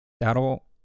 that'll